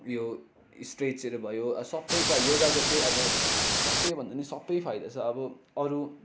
यो स्ट्रेचहरू भयो सबै क्या योगाको चाहिँ अब सबैभन्दा नि सबै फाइदा छ अब अरू